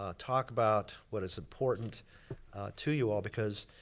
ah talk about what is important to you all. because,